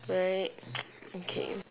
right okay